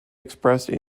expressed